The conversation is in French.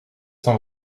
cent